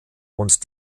und